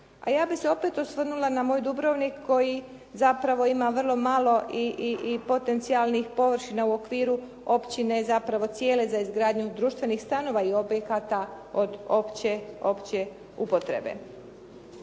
a ja bih se opet osvrnula na moj Dubrovnik koji zapravo ima vrlo malo i potencijalnih površina u okviru općine i zapravo cijele za izgradnju društvenih stanova i objekata od opće upotrebe.